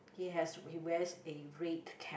he has he wears a red cap